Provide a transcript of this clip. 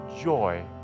joy